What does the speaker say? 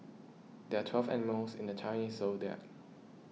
there are twelve animals in the Chinese zodiac